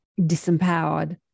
disempowered